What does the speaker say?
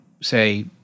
say